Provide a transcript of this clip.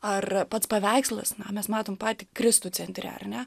ar pats paveikslas na mes matom patį kristų centre ar ne